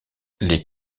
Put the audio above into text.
les